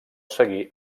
seguir